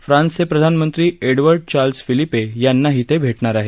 फ्रान्सचे प्रधान मंत्री एडवर्ड चार्ल्स फिलिप्पे यांनाही ते भेटणार आहेत